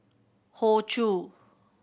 Hoey Choo